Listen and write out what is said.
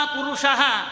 Purushaha